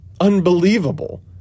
unbelievable